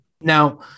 Now